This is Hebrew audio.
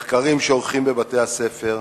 מחקרים שעורכים בבתי-הספר,